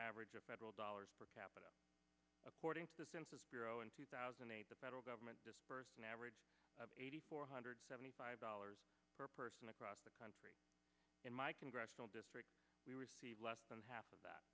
average of federal dollars per capita according to the census bureau in two thousand and eight the federal government just an average of eighty four hundred seventy five dollars per person across the country in my congressional district we were less than half of that